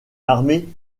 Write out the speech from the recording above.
armée